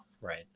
Right